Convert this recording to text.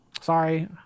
Sorry